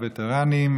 הווטרנים,